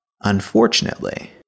Unfortunately